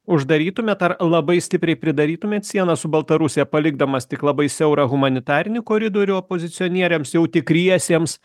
uždarytumėt ar labai stipriai pridarytumėt sieną su baltarusija palikdamas tik labai siaurą humanitarinį koridorių opozicionieriams jau tikriesiems